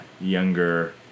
younger